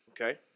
Okay